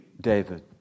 David